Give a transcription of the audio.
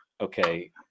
okay